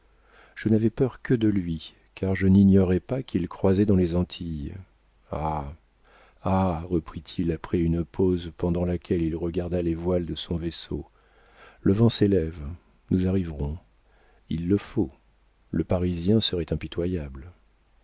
je n'avais peur que de lui car je n'ignorais pas qu'il croisait dans les antilles ah ah reprit-il après une pause pendant laquelle il regarda les voiles de son vaisseau le vent s'élève nous arriverons il le faut le parisien serait impitoyable